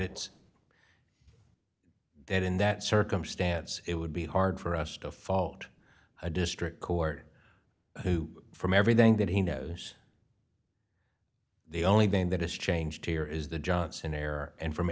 it's and in that circumstance it would be hard for us to fault a district court from everything that he knows the only thing that has changed here is the johnson air and from